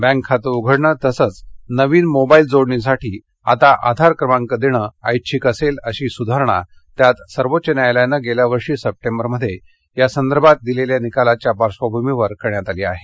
bank खातं उघडणं तसंच नवीन मोबाईल जोडणीसाठी आता आधार क्रमांक देणं ऐच्छिक असेल अशी सुधारणा त्यात सर्वोच्च न्यायालयानं गेल्या वर्षी सप्टेंबरमध्ये यासंदर्भात दिलेल्या निकालाच्या पार्श्वभूमीवर करण्यात आली आहे